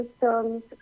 systems